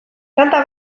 tanta